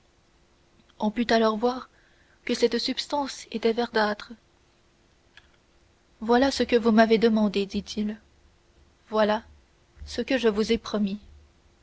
on put voir alors que cette substance était verdâtre voilà ce que vous m'avez demandé dit-il voilà ce que je vous ai promis